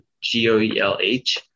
g-o-e-l-h